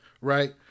right